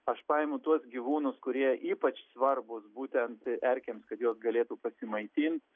aš paimu tuos gyvūnus kurie ypač svarbūs būtent erkėms kad jie galėtų pasimaitint